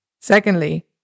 Secondly